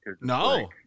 No